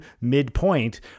midpoint